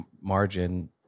margin